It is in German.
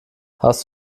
hast